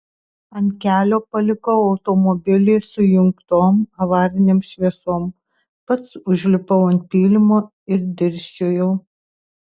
ant kelio palikau automobilį su įjungtom avarinėm šviesom pats užlipau ant pylimo ir dirsčiojau